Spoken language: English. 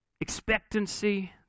expectancy